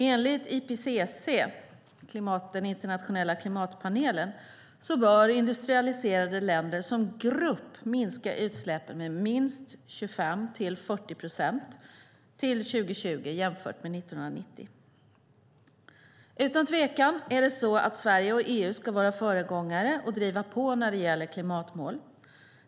Enligt IPCC, den internationella klimatpanelen, bör industrialiserade länder som grupp minska utsläppen med minst 25 till 40 procent till 2020 jämfört med 1990. Utan tvekan är det så att Sverige och EU ska vara föregångare och driva på när det gäller klimatmål.